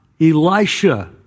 Elisha